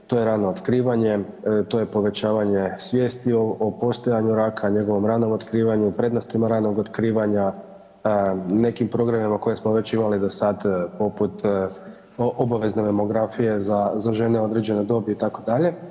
To je rano otkrivanje, to je povećavanje svijesti o ranom postojanju raka, njenom ranom otkrivanju, prednostima ranog otkrivanja, nekim programima koje smo već imali do sad poput obavezne mamografije za žene određene dobi itd.